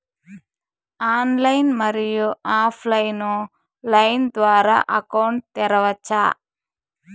Online, మరియు off line line ద్వారా account తెరవచ్చా?